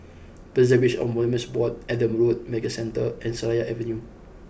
preservation of Monuments Board Adam Road Medical Centre and Seraya Avenue